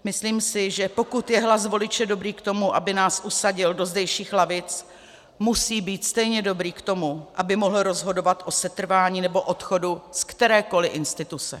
Myslím si, že pokud je hlas voliče dobrý k tomu, aby nás usadil do zdejších lavic, musí být stejně dobrý k tomu, aby mohl rozhodovat o setrvání, nebo odchodu z kterékoli instituce.